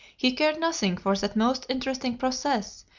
he cared nothing for that most interesting process,